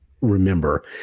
remember